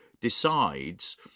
decides